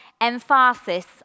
emphasis